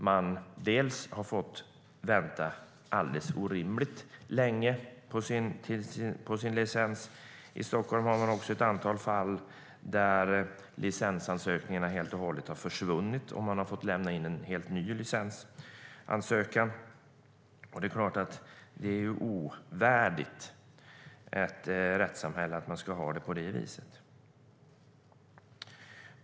Man har fått vänta orimligt länge på sin licens, och i Stockholm finns det också ett antal fall där licensansökningarna helt och hållet har försvunnit, så att man har fått lämna in en ny licensansökan. Det är ovärdigt ett rättssamhälle att man ska ha det på det viset.